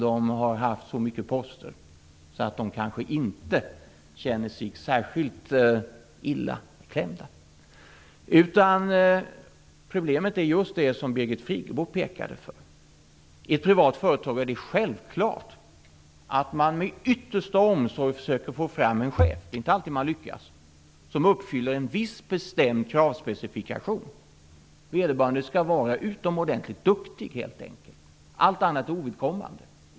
De har haft så många poster att de inte känner sig särskilt illa klämda. Problemet är just det som Birgit Friggebo pekade på. I ett privat företag är det självklart att man med yttersta omsorg försöker få fram en chef - det är inte alltid man lyckas - som uppfyller en viss bestämd kravspecifikation. Vederbörande skall vara utomordentligt duktig, helt enkelt. Allt annat är ovidkommande.